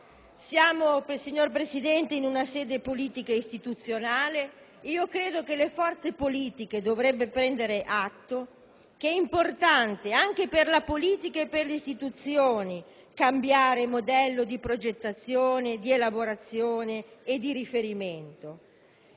Siamo, signor Presidente, in una sede politica istituzionale e credo che le forze politiche dovrebbero prendere atto che è importante anche per la politica e le istituzioni cambiare il modello di progettazione, di elaborazione e di riferimento.